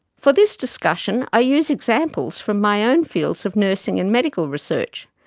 for this discussion, i use examples from my own fields of nursing and medical research,